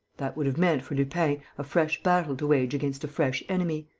that would have meant, for lupin, a fresh battle to wage against a fresh enemy.